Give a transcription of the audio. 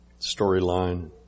storyline